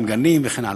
עם גנים וכן הלאה.